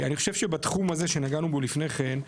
אני חושב שבתחום הזה שנגענו בו לפני כן,